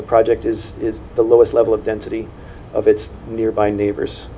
the project is the lowest level of density of its nearby neighbors